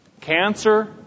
cancer